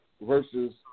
versus